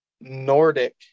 nordic